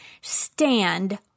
stand